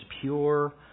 pure